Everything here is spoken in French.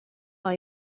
dans